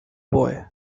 boy